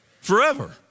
forever